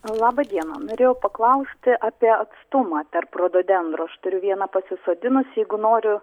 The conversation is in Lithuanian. laba diena norėjau paklausti apie atstumą tarp rododendrų aš turiu vieną pasisodinus jeigu noriu